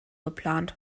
geplant